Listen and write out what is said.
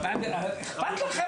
מה אכפת לכם?